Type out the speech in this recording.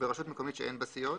ברשות מקומית שאין בה סיעות,